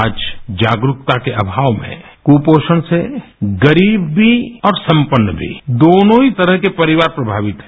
आज जागरूकता के अभाव में कुपोषण से गरीब भी और संपन्न भी दोनों ही तरह के परिवार प्रभावित हैं